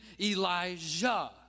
Elijah